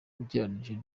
ugereranije